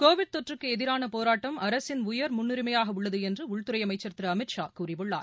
Covid தொற்றுக்கு எதிரான போராட்டம் அரசின் உயர் முன்னுரிமையாக உள்ளது என்று உள்துறை அமைச்சர் திரு அமித்ஷா கூறியுள்ளார்